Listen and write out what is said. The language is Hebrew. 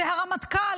זה הרמטכ"ל,